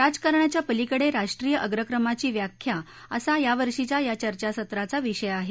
राजकारणाच्या पलीकडे राष्ट्रीय अग्रक्रमाची व्याख्या असा यावर्षीच्या या चर्चासत्राचा विषय आहे